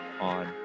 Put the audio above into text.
on